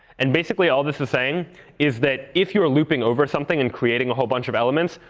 and basically, all this is saying is that, if you are looping over something and creating a whole bunch of elements,